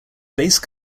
base